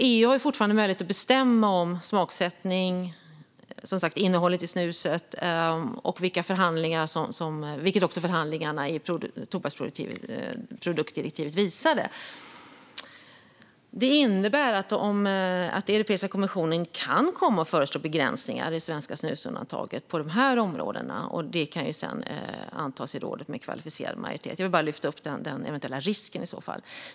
EU har fortfarande möjlighet att bestämma om smaksättning och innehållet i snuset, vilket också förhandlingarna i tobaksproduktdirektivet visade. Det innebär att Europeiska kommissionen kan komma att föreslå begränsningar i det svenska snusundantaget på de områdena. Det kan sedan antas i rådet med kvalificerad majoritet. Jag vill bara lyfta upp den eventuella risken.